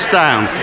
down